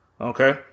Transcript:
Okay